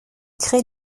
crée